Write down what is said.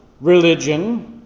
religion